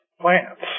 Plants